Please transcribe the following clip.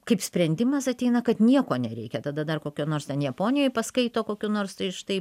kaip sprendimas ateina kad nieko nereikia tada dar kokio nors ten japonijoj paskaito kokių nors tai štai